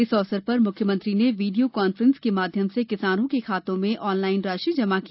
इस अवसर पर मुख्यमंत्री ने वीडियो कांफ्रेंस के माध्यम से किसानों के खाते में ऑनलाइन राशि जमा की